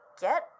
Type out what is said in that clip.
get